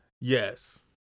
Yes